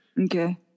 Okay